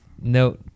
no